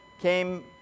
came